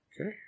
Okay